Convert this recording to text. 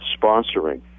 sponsoring